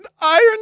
iron